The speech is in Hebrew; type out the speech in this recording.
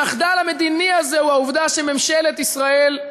המחדל המדיני הזה הוא העובדה שממשלת ישראל,